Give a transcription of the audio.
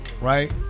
Right